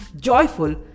joyful